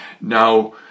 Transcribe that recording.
Now